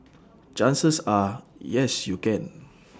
chances are yes you can